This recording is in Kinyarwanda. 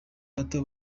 bato